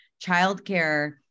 childcare